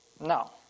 No